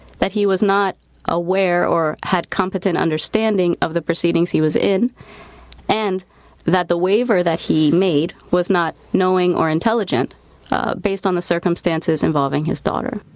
that he was not aware or had competent understanding of the proceedings he was in and that the waiver that he made was not knowing or intelligent based on the circumstances involving his daughter.